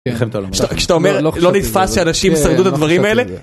כשאתה אומר לא נתפס שאנשים שרדו את הדברים האלה